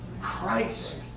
Christ